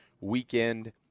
weekend